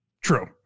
True